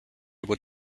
able